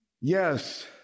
Yes